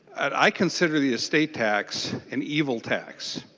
i consider the estate tax and evil tax.